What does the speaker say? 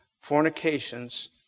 fornications